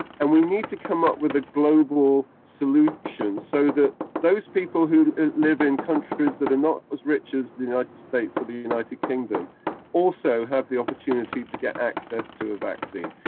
and we need to come up with a global solution so that those people who live in countries that are not as rich as the united states or the united kingdom also have the opportunity to get access to a vaccine.